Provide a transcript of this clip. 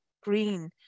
green